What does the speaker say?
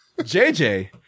JJ